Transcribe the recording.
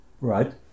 Right